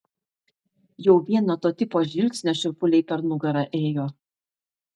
jau vien nuo to tipo žvilgsnio šiurpuliai per nugarą ėjo